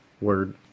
Word